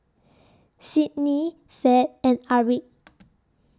Sydni Fed and Aric